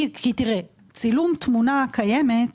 צילום תמונה קיימת,